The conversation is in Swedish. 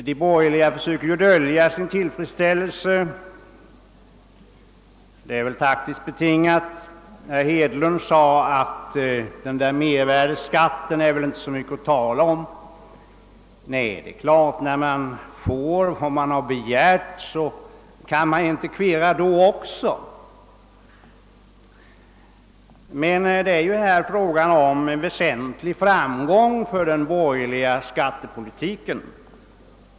De borgerliga partierna försöker dölja sin tillfredsställelse, och detta är taktiskt betingat. Herr Hedlund sade: Den där mervärdeskatten är väl inte mycket att tala om. Nej, det är klart att när man får vad man begärt kan man väl inte kverulera också. Mervärdeskatten innebär en väsentlig framgång för den borgerliga skattepolitiken.